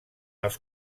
els